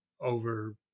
over